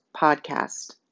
Podcast